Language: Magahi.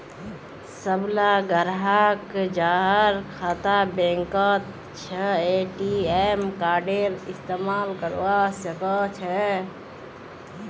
सबला ग्राहक जहार खाता बैंकत छ ए.टी.एम कार्डेर इस्तमाल करवा सके छे